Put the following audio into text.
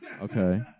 Okay